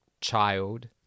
child